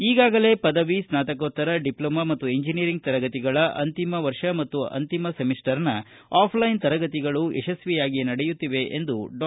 ಈಗಾಗಲೇ ಪದವಿ ಸ್ನಾತಕೋತ್ತರ ಡಿಪ್ನೊಮಾ ಮತ್ತು ಎಂಜಿನಿಯರಿಂಗ್ ತರಗತಿಗಳ ಅಂತಿಮ ವರ್ಷದ ಮತ್ತು ಅಂತಿಮ ಸೆಮಿಸ್ಟರ್ನ ಆಫ್ಲೈನ್ ತರಗತಿಗಳು ಯಶಸ್ವಿಯಾಗಿ ನಡೆಯುತ್ತಿವೆ ಎಂದು ಡಾ